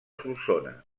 solsona